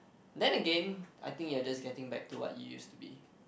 then Again I think you're just getting back to what you used to be